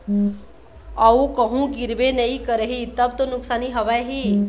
अऊ कहूँ गिरबे नइ करही तब तो नुकसानी हवय ही